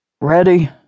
Ready